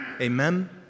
Amen